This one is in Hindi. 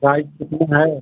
प्राइस कितना है